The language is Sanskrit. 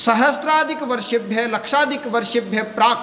सहस्राधिकवर्षेभ्यः लक्षाधिकवर्षेभ्यः प्राक्